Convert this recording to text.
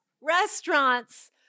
restaurants